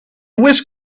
whisked